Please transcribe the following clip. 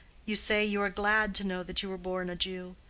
you say you are glad to know that you were born a jew.